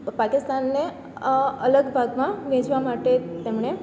પાકિસ્તાનને અલગ ભાગમાં વહેંચવા માટે તેમણે